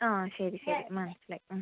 ആ ശരി ശരി മനസ്സിലായി